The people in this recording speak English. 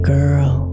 girl